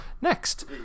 Next